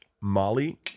Molly